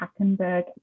Hackenberg